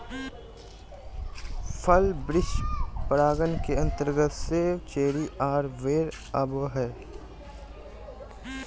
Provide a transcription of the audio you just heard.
फल वृक्ष परागण के अंतर्गत सेब, चेरी आर बेर आवो हय